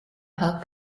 puck